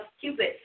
Cupid